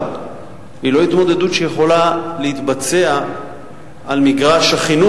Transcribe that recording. ואז בעצם יש פה איזה צירוף של השתתפות בצערי שהחוק